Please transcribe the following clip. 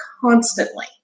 constantly